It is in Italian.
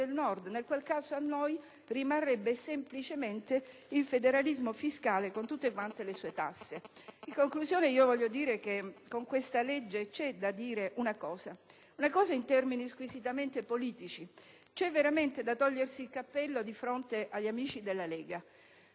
nel qual caso, a noi rimarrebbe semplicemente il federalismo fiscale, con tutte le sue tasse. In conclusione, su questo disegno di legge c'è da dire una cosa in termini squisitamente politici. C'è veramente da togliersi il cappello di fronte agli amici della Lega